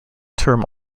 term